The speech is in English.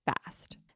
fast